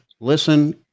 Listen